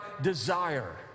desire